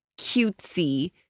cutesy